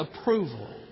approval